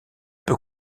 peut